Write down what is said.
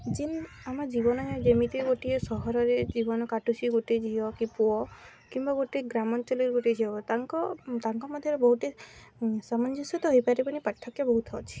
ଯେନ୍ ଆମ ଜୀବନ ଯେମିତି ଗୋଟିଏ ସହରରେ ଜୀବନ କାଟୁଛି ଗୋଟେ ଝିଅ କି ପୁଅ କିମ୍ବା ଗୋଟେ ଗ୍ରାମାଞ୍ଚଳରେ ଗୋଟେ ଝିଅ ତାଙ୍କ ତାଙ୍କ ମଧ୍ୟରେ ବହୁତ୍ଟେ ସାମଞ୍ଜସ୍ୟ ତ ହୋଇପାରିବନି ପାର୍ଥକ୍ୟ ବହୁତ ଅଛି